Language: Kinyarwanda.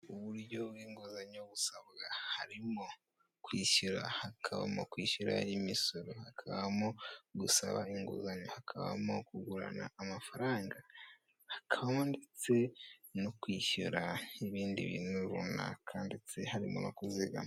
Uburyo bw'inguzanyo busabwa, harimo kwishyura, hakabamo kwishyura imisoro, hakabamo gusaba inguzanyo, hakabamo kugurana amafaranga, hakabamo ndetse no kwishyura ibindi bintu runaka ndetse harimo no kuzigama.